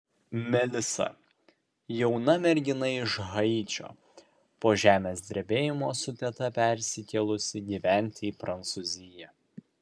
melisa jauna mergina iš haičio po žemės drebėjimo su teta persikėlusi gyventi į prancūziją